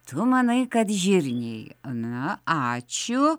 tu manai kad žirniai na ačiū